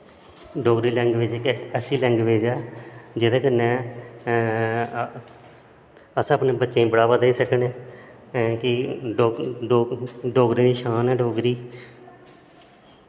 Dogri language इक ऐसी language ऐ जेह्दै कन्नै अस अपनें बच्चें गी बड़ावा देई सकने कि डोगरें दी शान ऐ डोगरी